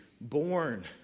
born